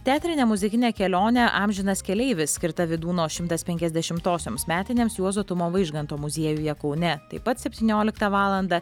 teatrinė muzikinė kelionė amžinas keleivis skirta vydūno šimtas penkiasdešimtosioms metinėms juozo tumo vaižganto muziejuje kaune taip pat septynioliktą valandą